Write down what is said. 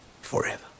forever